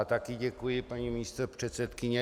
Také děkuji, paní místopředsedkyně.